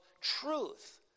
truth